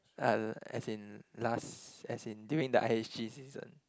as in last as in during the i_h_g season